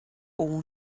all